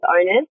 owners